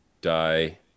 die